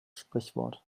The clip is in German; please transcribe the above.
sprichwort